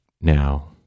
now